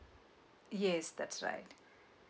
yes that's right